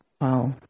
Wow